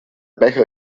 becher